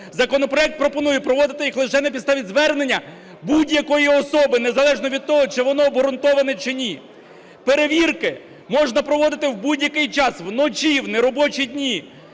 законопроект пропонує проводити їх лише на підставі звернення будь-якої особи незалежно від того, чи воно обґрунтоване, чи ні. Перевірки можна проводити в будь-який час: вночі, в неробочі дні.